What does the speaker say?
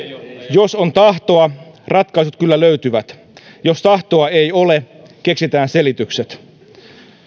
jos on tahtoa ratkaisut kyllä löytyvät jos tahtoa ei ole keksitään selitykset